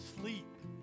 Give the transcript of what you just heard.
sleep